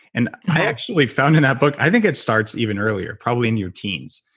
and i actually found in that book, i think it starts even earlier, probably in your teens.